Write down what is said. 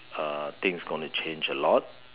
uh things gonna change a lot